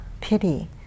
pity